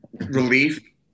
Relief